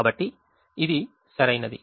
కాబట్టి ఇది సరైనది